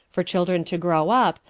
for children to grow up,